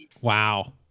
wow